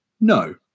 no